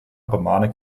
romane